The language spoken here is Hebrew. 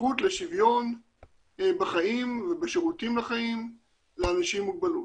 זכות לשוויון בחיים ובשירותים לחיים לאנשים עם מוגבלות.